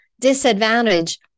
disadvantage